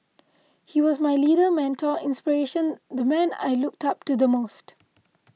he was my leader mentor inspiration the man I looked up to the most